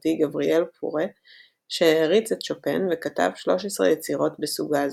הצרפתי גבריאל פורה שהעריץ את שופן וכתב 13 יצירות בסוגה זו.